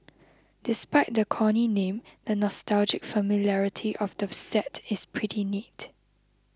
despite the corny name the nostalgic familiarity of the set is pretty neat